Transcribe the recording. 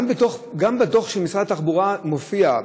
גם בדוח של משרד התחבורה מופיע,